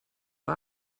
den